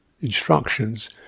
instructions